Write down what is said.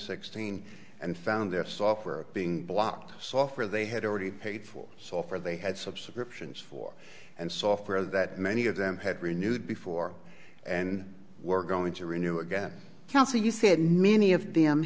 sixteen and found their software being blocked software they had already paid for software they had subscriptions for and software that many of them had renewed before and were going to renew again kelsey you said many of them